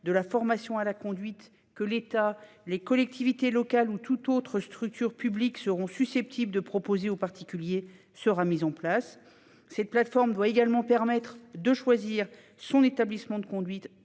de la formation à la conduite que l'État, les collectivités locales ou toute autre structure publique seront susceptibles de proposer aux particuliers. Cette plateforme devra également permettre de choisir son établissement de conduite